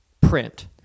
print